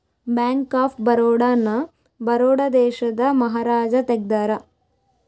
bank of Baroda ನ ಬರೋಡ ದೇಶದ ಮಹಾರಾಜ ತೆಗ್ದಾರ